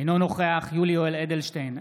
אינו נוכח יולי יואל אדלשטיין,